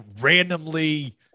randomly